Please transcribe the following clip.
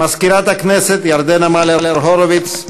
מזכירת הכנסת ירדנה מלר-הורוביץ,